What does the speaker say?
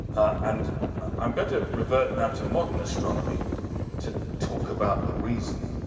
and i'm going to revert now to modern astronomy to talk about the reason.